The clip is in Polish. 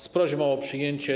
z prośbą o przyjęcie.